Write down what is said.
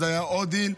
אז היה עוד דיל,